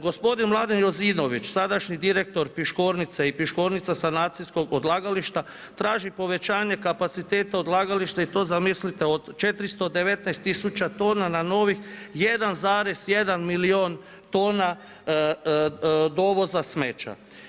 Gospodin Mladen Jozinović, sadašnji direktor Piškornice i Piškornica sanacijskog odlagališta, traži povećanje kapaciteta odlagališta i to zamislite od 419000 tona na novih 1,1 milijun tona dovoza smeća.